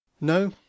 No